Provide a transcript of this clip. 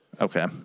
Okay